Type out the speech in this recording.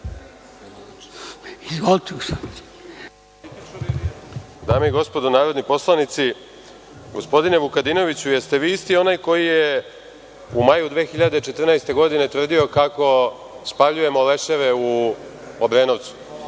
Dame i gospodo narodni poslanici, gospodine Vukadinoviću, da li ste vi isti onaj koji je u maju 2014. godine tvrdio kako spaljujemo leševe u Obrenovcu?